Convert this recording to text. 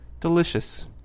delicious